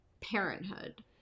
parenthood